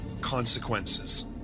consequences